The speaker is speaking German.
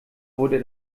wurde